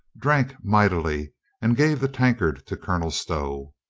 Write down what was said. drank mightily and gave the tankard to colonel stow.